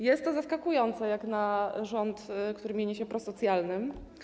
Jest to zaskakujące jak na rząd, który mieni się prosocjalnym.